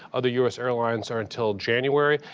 other u s. airlines are until january.